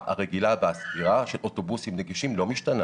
של אוטובוסים נגישים לא משתנה.